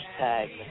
hashtag